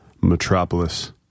metropolis